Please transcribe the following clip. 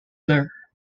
blur